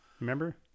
Remember